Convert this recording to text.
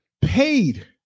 paid